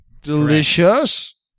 Delicious